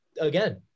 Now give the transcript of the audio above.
again